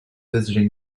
visiting